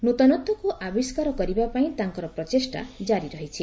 ନୂତନତ୍ୱକୁ ଆବିଷ୍କାର କରିବା ପାଇଁ ତାଙ୍କର ପ୍ରଚେଷ୍ଟା ଜାରି ରହିଛି